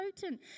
potent